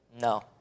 No